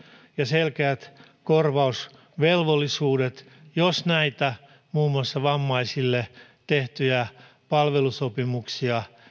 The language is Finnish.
ja selkeät korvausvelvollisuudet jos näitä muun muassa vammaisille tehtyjä palvelusopimuksia